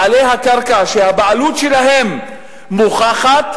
בעלי הקרקע שהבעלות שלהם מוכחת,